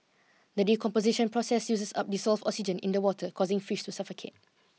the decomposition process uses up dissolved oxygen in the water causing fish to suffocate